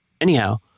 Anyhow